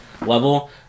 level